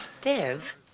Div